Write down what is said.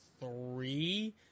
three